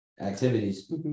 activities